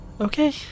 Okay